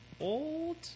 old